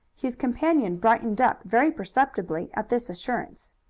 his companion brightened up very perceptibly at this assurance.